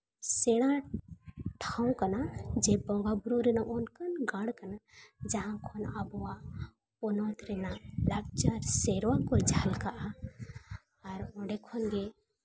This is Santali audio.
ᱥᱮᱬᱟ ᱴᱷᱟᱶ ᱠᱟᱱᱟ ᱡᱮ ᱵᱚᱸᱜᱟ ᱵᱩᱨᱩ ᱨᱮᱱᱟᱜ ᱚᱱᱠᱟᱱ ᱜᱟᱲ ᱠᱟᱱᱟ ᱡᱟᱦᱟᱸ ᱠᱷᱚᱱ ᱟᱵᱚᱣᱟᱜ ᱯᱚᱱᱚᱛ ᱨᱮᱱᱟᱜ ᱞᱟᱠᱪᱟᱨ ᱥᱮᱨᱣᱟ ᱠᱚ ᱡᱷᱟᱞᱠᱟᱜᱼᱟ ᱟᱨ ᱚᱸᱰᱮ ᱠᱷᱚᱱ ᱜᱮ